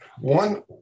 One